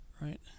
right